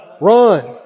Run